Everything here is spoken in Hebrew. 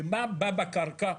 ומה בא בקרקע?